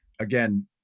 again